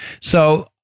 So-